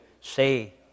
say